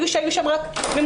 היה שהיו שם רק ממונות.